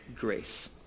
grace